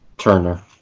Turner